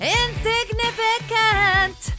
insignificant